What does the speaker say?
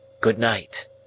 good-night